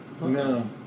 No